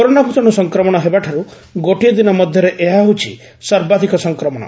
corona ଭୂତାଣୁ ସଂକ୍ରମଣ ହେବାଠାରୁ ଗୋଟିଏ ଦିନ ମଧ୍ୟରେ ଏହା ହେଉଛି ସର୍ବାଧିକ ସଂକ୍ରମଣ